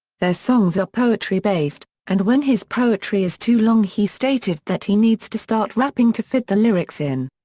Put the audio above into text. their songs are poetry-based, and when his poetry is too long he stated that he needs to start rapping to fit the lyrics in.